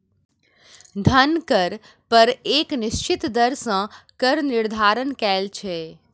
धन कर पर एक निश्चित दर सॅ कर निर्धारण कयल छै